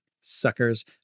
suckers